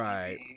Right